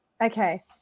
Okay